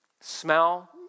smell